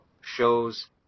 shows